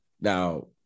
Now